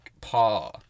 paw